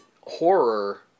horror